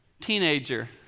Teenager